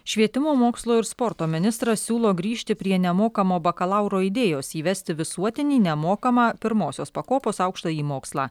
švietimo mokslo ir sporto ministras siūlo grįžti prie nemokamo bakalauro idėjos įvesti visuotinį nemokamą pirmosios pakopos aukštąjį mokslą